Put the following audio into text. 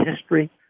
history